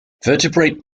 vertebrate